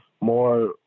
more